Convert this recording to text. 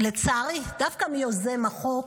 לצערי דווקא מיוזם החוק,